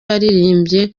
yaririmbye